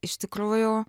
iš tikrųjų